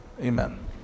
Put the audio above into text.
amen